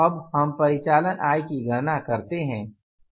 अब हम परिचालन आय की गणना करते हैं